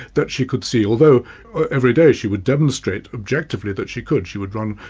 that she could see. although every day she would demonstrate objectively that she could. she would run,